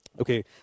Okay